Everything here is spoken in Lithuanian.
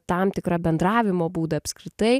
tam tikrą bendravimo būdą apskritai